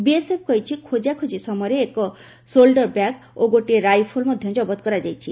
BSF କହିଛି ଖୋଜାଖୋଜି ସମୟରେ ଏକ ସୋଲ୍ଡର ବ୍ୟାଗ୍ ଓ ଗୋଟିଏ ରାଇଫଲ ମଧ୍ୟ ଜବତ କରାଯାଇଛି